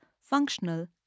functional